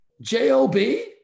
J-O-B